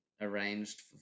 arranged